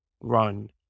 run